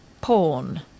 porn